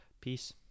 peace